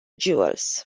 jewels